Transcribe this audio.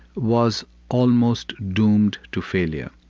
was almost doomed to failure.